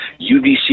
UVC